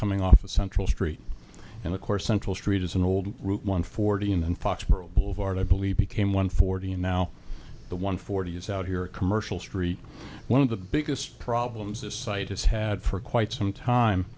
coming off a central street and of course central street is an old route one forty in and foxboro boulevard i believe became one forty and now the one forty is out here commercial street one of the biggest problems this site has had for quite some time